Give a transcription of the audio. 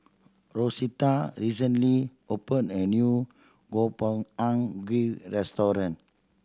Rosetta recently opened a new Gobchang Gui Restaurant